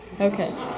Okay